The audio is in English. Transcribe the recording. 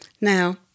Now